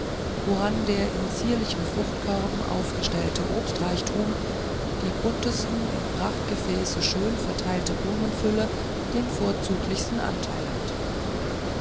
woran der in zierlichen fruchtkörben aufgestellte obstreichtum die bunteste in prachtgefäßen schön verteilte blumenfülle den vorzüglichsten anteil hatte